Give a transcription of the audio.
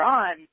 on